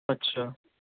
اچھا